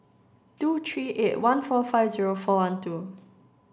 tow three eight one four five zero four one two